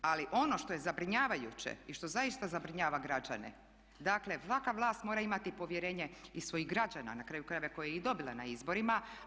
Ali ono što je zabrinjavajuće i što zaista zabrinjava građane, dakle svaka vlast mora imati i povjerenje i svojih građana, na kraju krajeva koje je i dobila na izborima.